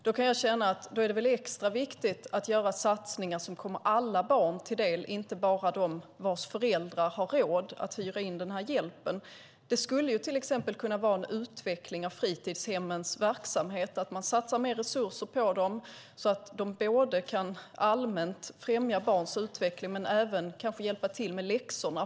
Då kan jag känna att det är extra viktigt att göra satsningar som kommer alla barn till del, inte bara de barn vars föräldrar har råd att hyra in hjälpen. Det skulle till exempel kunna vara en utveckling av fritidshemmens verksamhet genom att man satsar mer resurser på dem, så att de både kan främja barns utveckling allmänt och kanske även kan hjälpa till med läxorna.